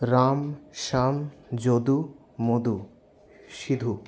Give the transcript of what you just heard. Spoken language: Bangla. রাম শ্যাম যদু মধু সিধু